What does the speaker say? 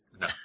No